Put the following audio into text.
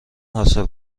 حاصل